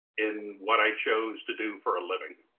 in what i chose to do for a living.